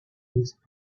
his